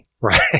Right